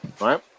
right